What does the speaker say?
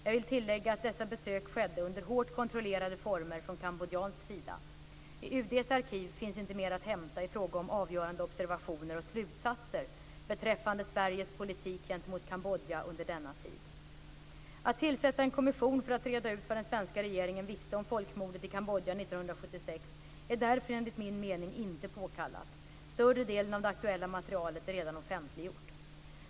Jag vill tillägga att dessa besök skedde under hårt kontrollerade former från kambodjansk sida. I UD:s arkiv finns inte mer att hämta i fråga om avgörande observationer och slutsatser beträffande Sveriges politik gentemot Kambodja under denna tid. Att tillsätta en kommission för att reda ut vad den svenska regeringen visste om folkmordet i Kambodja 1976 är därför enligt min mening inte påkallat. Större delen av det aktuella materialet är redan offentliggjort.